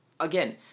Again